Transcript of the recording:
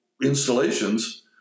installations